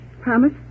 Promise